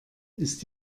ist